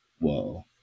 Whoa